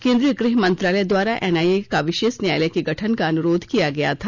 केंद्रीय गृह मंत्रालय द्वारा एनआईए का विशेष न्यायालय के गठन का अनुरोध किया गया था